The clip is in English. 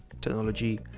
technology